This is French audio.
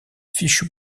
fichu